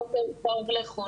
בוקר טוב לכולם.